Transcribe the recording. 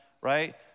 right